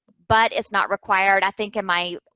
but it's not required. i think it might,